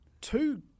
two